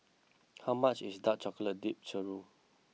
how much is Dark Chocolate Dipped Churro